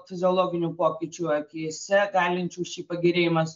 fiziologinių pokyčių akyse galinčių šį pagerėjimą